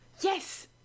Yes